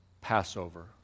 Passover